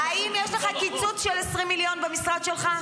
האם יש לך קיצוץ של 20 מיליון במשרד שלך?